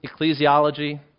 ecclesiology